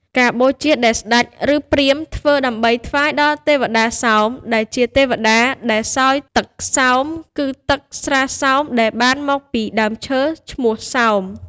ការបូជាដែលស្ដេច ឬព្រាហ្មណ៍ធ្វើដើម្បីថ្វាយដល់ទេវតាសោម ដែលជាទេវតាដែលសោយទឹកសោម គឺទឹកស្រាសោមដែលបានមកពីដើមឈើឈ្មោះសោម។